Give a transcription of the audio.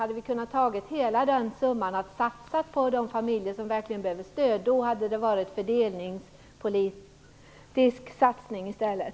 Hade vi kunnat ta hela den summan och satsa på de familjer som verkligen behöver stöd, hade det varit en fördelningspolitisk satsning i stället.